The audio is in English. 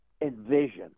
envision